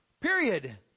Period